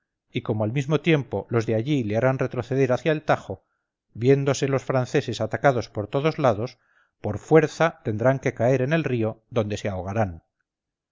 y como al mismo tiempo los de allí le harán retroceder hacia el tajo viéndose los franceses atacados por todos lados por fuerza tendrán que caer en el río donde se ahogarán